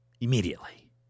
immediately